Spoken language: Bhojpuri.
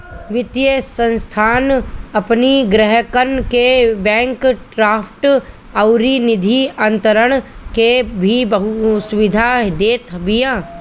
वित्तीय संस्थान अपनी ग्राहकन के बैंक ड्राफ्ट अउरी निधि अंतरण के भी सुविधा देत बिया